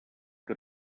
que